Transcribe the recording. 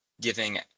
giving